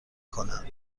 کند